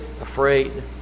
afraid